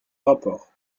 rapport